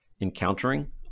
encountering